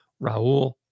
Raul